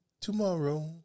Tomorrow